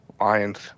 Lions